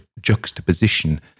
juxtaposition